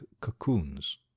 cocoons